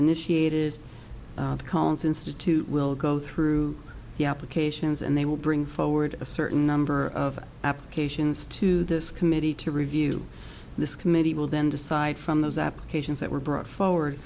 initiated collins institute will go through the applications and they will bring forward a certain number of applications to this committee to review this committee will then decide from those applications that were brought for